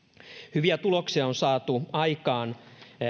hyviä tuloksia on saatu aikaan